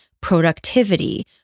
productivity